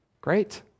great